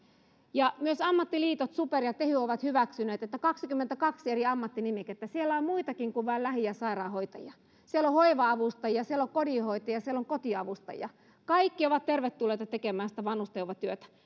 ja myös ammattiliitot super ja tehy ovat hyväksyneet kaksikymmentäkaksi eri ammattinimikettä siellä on muitakin kuin vain lähi ja sairaanhoitajia siellä on hoiva avustajia siellä on kodinhoitajia siellä on kotiavustajia kaikki ovat tervetulleita tekemään sitä vanhustenhoivatyötä